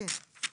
כן.